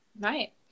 Right